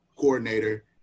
coordinator